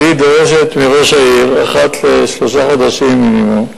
דורשת מראש העיר, אחת לשלושה חודשים מינימום,